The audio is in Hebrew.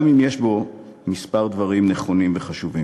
גם אם יש בו כמה דברים נכונים וחשובים.